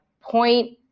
point